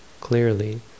clearly